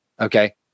Okay